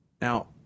Now